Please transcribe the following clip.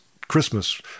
Christmas